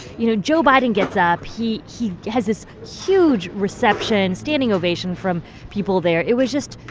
you know? joe biden gets up. he he has this huge reception, standing ovation from people there. it was just,